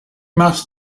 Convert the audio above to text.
must